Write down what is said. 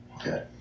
Okay